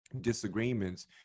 disagreements